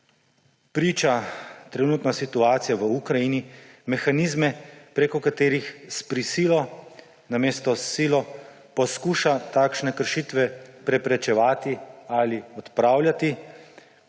priča trenutna situacija v Ukrajini, mehanizme, preko katerih s prisilo namesto s silo poskuša takšne kršitve preprečevati ali odpravljati